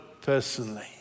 personally